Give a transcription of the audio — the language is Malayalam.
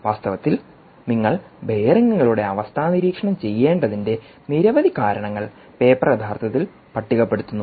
വാസ്തവത്തിൽ നിങ്ങൾ ബെയറിംഗുകളുടെ അവസ്ഥ നിരീക്ഷണം ചെയ്യേണ്ടതിന്റെ നിരവധി കാരണങ്ങൾ പേപ്പർ യഥാർത്ഥത്തിൽ പട്ടികപ്പെടുത്തുന്നു